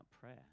prayer